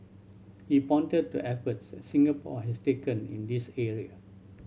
he pointed to efforts Singapore has taken in this area